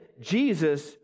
Jesus